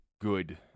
good